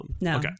No